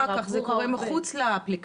אחר כך, זה קורה מחוץ לאפליקציה.